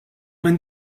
minn